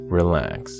relax